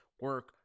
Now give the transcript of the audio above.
Work